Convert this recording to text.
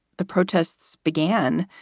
the protests began.